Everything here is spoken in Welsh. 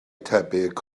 tebyg